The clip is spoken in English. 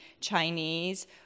Chinese